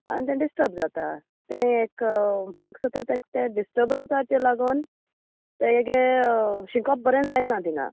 आनी तें डिस्टर्ब जाता तें एक म्हाका सोदता तें डिस्टर्बंसाचे लागोन ते हेगे शिकोप बरें जायना थिंगां